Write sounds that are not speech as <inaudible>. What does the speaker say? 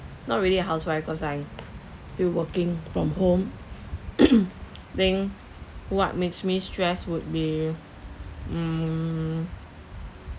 not really a housewife cause I'm still working from home <coughs> think what makes me stress would be mm